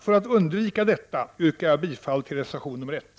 För att undvika detta yrkar jag bifall till reservation nr 1.